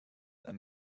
and